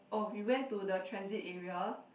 oh we went to the transit area